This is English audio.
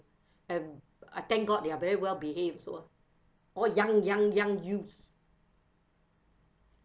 and I thank god they're very well-behaved so all young young young youths